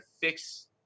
fix